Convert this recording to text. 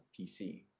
PC